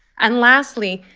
and lastly,